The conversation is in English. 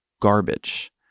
garbage